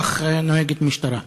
כך נוהגת משטרה.